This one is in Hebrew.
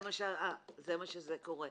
זה מה שקורה.